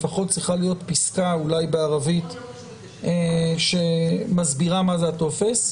לפחות צריכה להיות פסקה אולי בערבית שמסבירה מה זה הטופס.